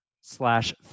slash